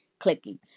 clicking